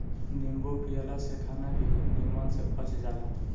नींबू पियला से खाना भी निमन से पच जाला